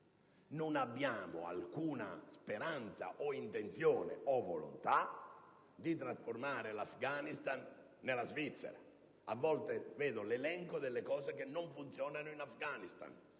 Non abbiamo alcuna speranza, intenzione o volontà di trasformare l'Afghanistan nella Svizzera. A volte vedo l'elenco delle cose che non funzionano in Afghanistan.